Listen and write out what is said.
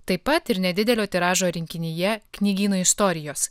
taip pat ir nedidelio tiražo rinkinyje knygyno istorijos